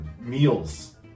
meals